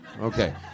Okay